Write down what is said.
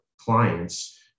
clients